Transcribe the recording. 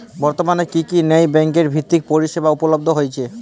বর্তমানে কী কী নন ব্যাঙ্ক বিত্তীয় পরিষেবা উপলব্ধ আছে?